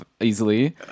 easily